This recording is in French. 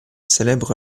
célèbre